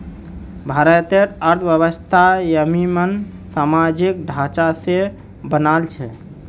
भारतेर अर्थव्यवस्था ययिंमन सामाजिक ढांचा स बनाल छेक